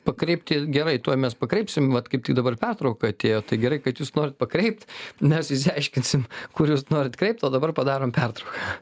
pakrypti gerai tuoj mes pakreipsim vat kaip tik dabar pertrauka atėjo tai gerai kad jūs norit pakreipt mes išsiaiškinsim kur jūs norit kreipt o dabar padarom pertrauką